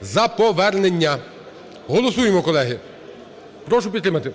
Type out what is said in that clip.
за повернення. Голосуємо, колеги. Прошу підтримати.